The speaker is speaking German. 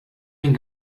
den